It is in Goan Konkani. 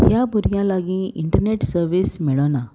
ह्या भुरग्यां लागीं इंटरनेट सर्वीस मेळना